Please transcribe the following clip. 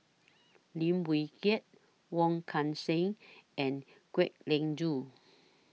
Lim Wee Kiak Wong Kan Seng and Kwek Leng Joo